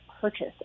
purchase